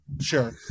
Sure